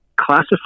classified